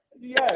yes